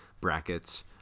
brackets